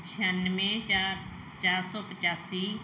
ਛਿਆਨਵੇਂ ਚਾਰ ਚਾਰ ਸੌ ਪਚਾਸੀ